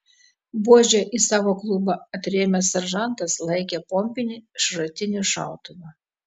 buože į savo klubą atrėmęs seržantas laikė pompinį šratinį šautuvą